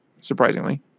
surprisingly